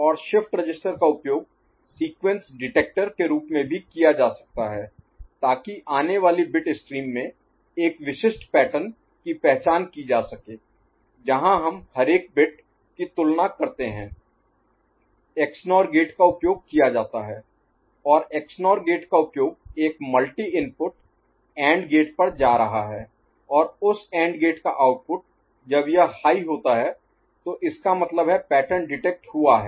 और shift register का उपयोग सीक्वेंस डिटेक्टर के रूप में भी किया जा सकता है ताकि आने वाली बिट स्ट्रीम में एक विशिष्ट पैटर्न की पहचान की जा सके जहाँ हम हरेक बिट की तुलना करते है XNOR गेट का उपयोग किया जाता है और XNOR गेट का आउटपुट एक मल्टी इनपुट एंड गेट पर जा रहा है और उस एंड गेट का आउटपुट जब यह हाई होता है तो इसका मतलब है पैटर्न डिटेक्ट हुआ है